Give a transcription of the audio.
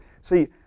See